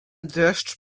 dreszcz